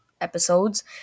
episodes